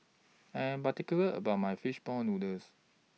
I Am particular about My Fish Ball Noodles